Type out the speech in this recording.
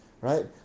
right